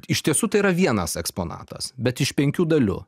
iš tiesų tai yra vienas eksponatas bet iš penkių dalių